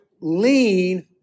lean